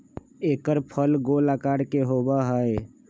एकर फल गोल आकार के होबा हई